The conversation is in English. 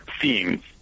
themes